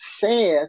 says